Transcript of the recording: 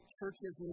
churches